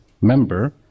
member